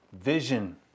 vision